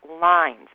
lines